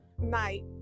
night